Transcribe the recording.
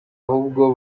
ahubwo